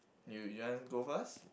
you you want go first